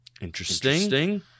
Interesting